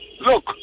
look